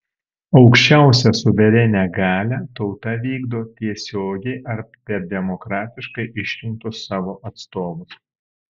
aukščiausią suverenią galią tauta vykdo tiesiogiai ar per demokratiškai išrinktus savo atstovus